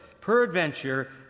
Peradventure